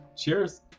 Cheers